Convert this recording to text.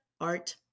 art